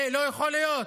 זה לא יכול להיות.